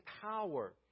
power